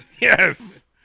Yes